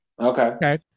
Okay